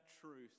truth